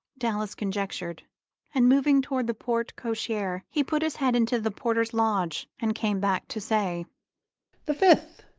dallas conjectured and moving toward the porte-cochere he put his head into the porter's lodge, and came back to say the fifth.